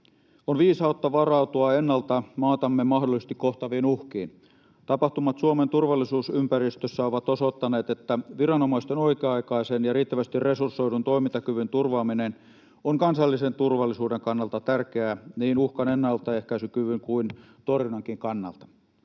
On viisautta varautua ennalta maatamme mahdollisesti kohtaaviin uhkiin. Tapahtumat Suomen turvallisuusympäristössä ovat osoittaneet, että viranomaisten oikea-aikaisen ja riittävästi resursoidun toimintakyvyn turvaaminen on kansallisen turvallisuuden kannalta tärkeää niin uhkan ennaltaehkäisykyvyn kuin torjunnankin kannalta.